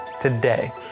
today